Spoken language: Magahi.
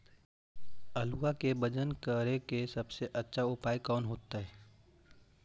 आलुआ के वजन करेके सबसे अच्छा उपाय कौन होतई?